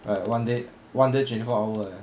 like one day one day twenty four hours eh